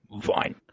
fine